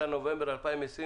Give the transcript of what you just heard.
17.11.2020,